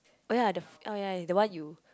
oh yea the f~ oh yea the one you